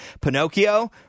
Pinocchio